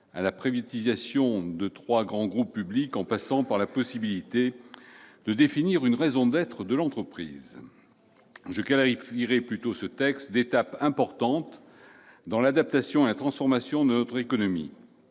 à la privatisation de trois grands groupes publics, en passant par la possibilité de définir une « raison d'être » de l'entreprise. Je qualifierais plutôt ce texte d'étape importante dans l'adaptation à la transformation de notre économie.